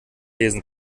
lesen